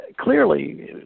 clearly